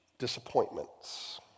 disappointments